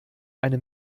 eine